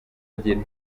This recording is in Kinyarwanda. agira